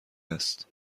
است